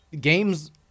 games